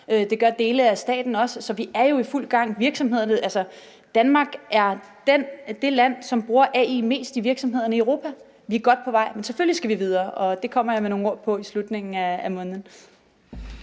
det gør dele af staten også, så vi er jo i fuld gang. Danmark er det land i Europa, hvor virksomhederne bruger mest AI Europa. Vi er godt på vej, men selvfølgelig skal vi videre, og det kommer jeg med nogle ord på i slutningen af måneden.